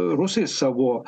rusai savo